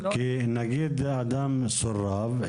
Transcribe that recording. כי נגיד שאדם סורב,